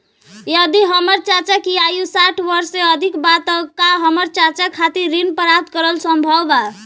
यदि हमर चाचा की आयु साठ वर्ष से अधिक बा त का हमर चाचा खातिर ऋण प्राप्त करल संभव बा